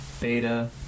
Beta